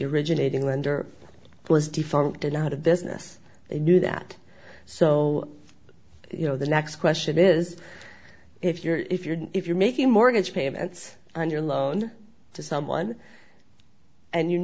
defunct and out of business they knew that so you know the next question is if you're if you're if you're making mortgage payments on your loan to someone and you